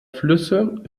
flüsse